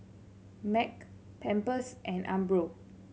Mac Pampers and Umbro